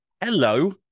Hello